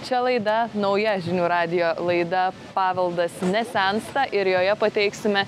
čia laida nauja žinių radijo laida paveldas nesensta ir joje pateiksime